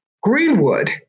Greenwood